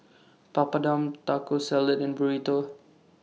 Papadum Taco Salad and Burrito